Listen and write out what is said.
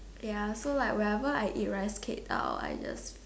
ya so like whenever I eat rice cake I'll just